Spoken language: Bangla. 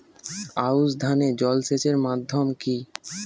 আউশ ধান এ জলসেচের মাধ্যম কি?